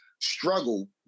struggle